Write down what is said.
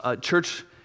church